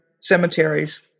cemeteries